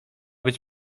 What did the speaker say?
być